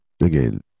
again